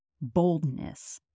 boldness